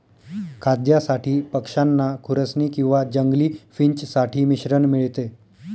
खाद्यासाठी पक्षांना खुरसनी किंवा जंगली फिंच साठी मिश्रण मिळते